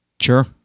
Sure